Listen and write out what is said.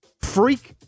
Freak